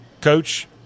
coach